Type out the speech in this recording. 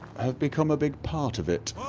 have become a big part of it